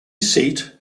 seat